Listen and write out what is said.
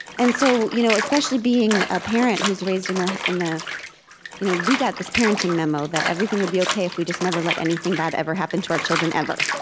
and so you know especially being a parent who was raised in ah and this you know we got this parenting memo that everything would be ok if we just never let anything bad ever happen to our children, ever,